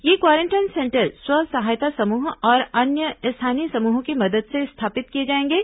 ये quarantine centre स्व सहायता समूह और अन्य स्थानीय समूहों की मदद से स्थापित किए जाएंगे